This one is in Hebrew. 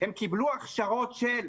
הם קיבלו הכשרות של אולי,